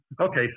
Okay